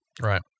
Right